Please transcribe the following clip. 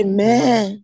Amen